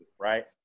right